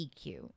EQ